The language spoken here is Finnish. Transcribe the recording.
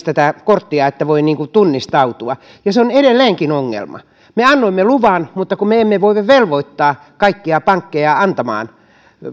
tätä korttia että voi tunnistautua ja se on edelleenkin ongelma me annoimme luvan mutta me emme voi velvoittaa kaikkia pankkeja antamaan